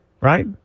right